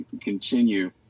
continue